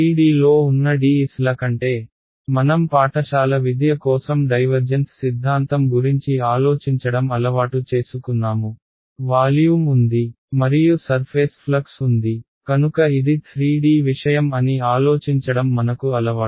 3D లో ఉన్న ds ల కంటే మనం పాఠశాల విద్య కోసం డైవర్జెన్స్ సిద్ధాంతం గురించి ఆలోచించడం అలవాటు చేసుకున్నాము వాల్యూమ్ ఉంది మరియు సర్ఫేస్ ఫ్లక్స్ ఉంది కనుక ఇది 3D విషయం అని ఆలోచించడం మనకు అలవాటు